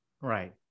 Right